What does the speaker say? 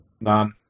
None